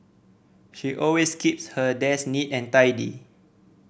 she always keeps her desk neat and tidy